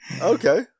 Okay